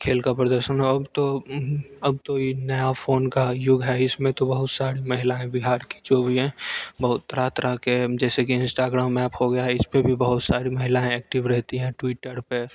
खेल का प्रदर्शन और तो अब तो इन नया फ़ोन का युग है इसमें तो बहुत सारी महिलाएँ बिहार की जो बी हैं बहुत तरह तरह के जैसे कि इन्स्टाग्राम एप हो गया इसपे भी बहुत सारी महिलाएँ एक्टिव रहती हैं ट्विटर पर